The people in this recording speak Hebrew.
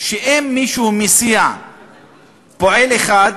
אם מישהו מסיע פועל אחד,